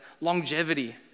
longevity